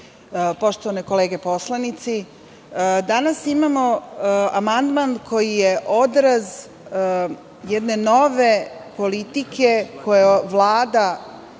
poštovane kolege poslanici, danas imamo amandman koji je odraz jedne nove politike koju Vlada